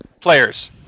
Players